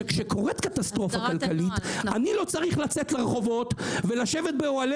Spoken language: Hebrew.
שכשקורית קטסטרופה אני לא צריך לצאת לרחובות ולשבת באוהלי